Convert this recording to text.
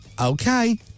okay